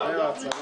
(מחיאות כפיים